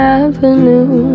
avenue